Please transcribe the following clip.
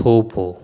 થોભો